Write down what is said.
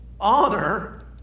honor